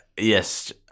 yes